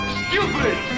stupid